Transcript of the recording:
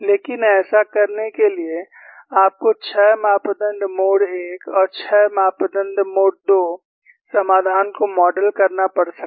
लेकिन ऐसा करने के लिए आपको 6 मापदण्ड मोड 1 और 6 मापदण्ड मोड 2 समाधान को मॉडल करना पड़ सकता है